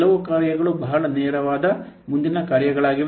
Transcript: ಕೆಲವು ಕಾರ್ಯಗಳು ಬಹಳ ನೇರವಾದ ಮುಂದಿನ ಕಾರ್ಯಗಳಾಗಿವೆ